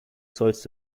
sollst